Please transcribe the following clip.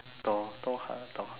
Thor Thor ah Thor